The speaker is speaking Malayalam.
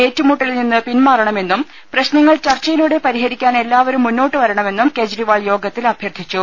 ഏറ്റുമുട്ടലിൽ നിന്ന് പിന്മാറണമെന്നും പ്രശ്നങ്ങൾ ചർച്ചയിലൂടെ പരിഹരിക്കാൻ എല്ലാവരും മുന്നോ ട്ടുവരണമെന്നും കെജ്രിവാൾ യോഗത്തിൽ അഭ്യർത്ഥിച്ചു